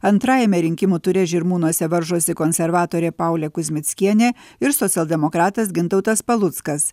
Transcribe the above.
antrajame rinkimų ture žirmūnuose varžosi konservatorė paulė kuzmickienė ir socialdemokratas gintautas paluckas